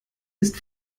ist